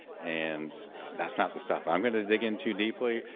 and that's not the stuff i'm going to dig in too deeply.